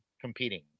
competing